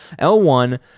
L1